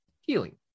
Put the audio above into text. healing